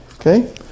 Okay